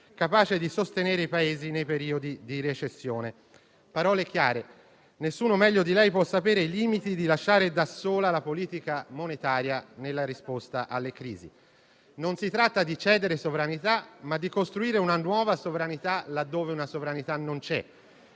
capace di sostenere i Paesi nei periodi di recessione. Parole chiare: nessuno meglio di lei può sapere i limiti di lasciare da sola la politica monetaria nella risposta alle crisi. Non si tratta di cedere sovranità, ma di costruire una nuova sovranità laddove una sovranità non c'è,